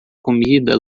comida